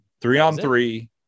three-on-three